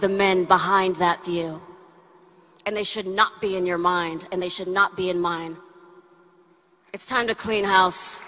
the men behind that you and they should not be in your mind and they should not be in mine it's time to clean house